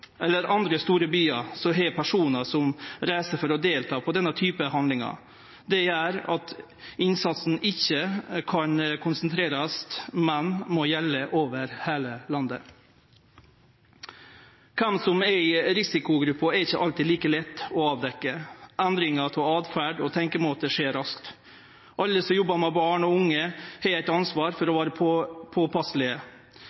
eller andre store byar som har personar som reiser for å delta i denne typen handlingar. Det gjer at innsatsen ikkje kan konsentrerast, men må gjelde over heile landet. Kven som er i risikogruppa, er ikkje alltid like lett å avdekkje. Endringar av åtferd og tenkjemåte skjer raskt. Alle som jobbar med barn og unge, har eit ansvar for